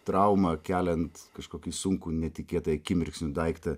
trauma keliant kažkokį sunkų netikėtai akimirksniu daiktą